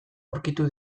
aurkitu